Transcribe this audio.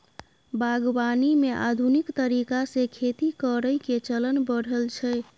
बागवानी मे आधुनिक तरीका से खेती करइ के चलन बढ़ल छइ